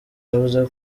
yavuze